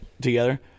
together